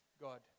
God